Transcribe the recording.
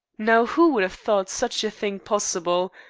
now who would have thought such a thing possible?